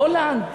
בהולנד.